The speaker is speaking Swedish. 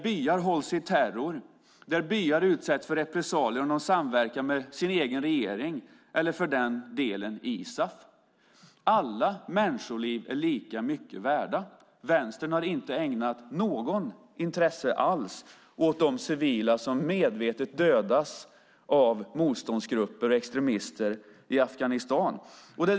Byar hålls i terror och utsätts för repressalier om de samverkar med sin egen regering eller för den delen ISAF. Alla människoliv är lika mycket värda. Vänstern har inte ägnat något intresse alls åt de civila som medvetet dödas av motståndsgrupper och extremister i Afghanistan.